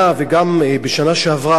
וגם בשנה שעברה,